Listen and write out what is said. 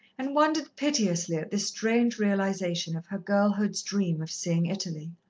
and wondered piteously at this strange realization of her girlhood's dream of seeing italy.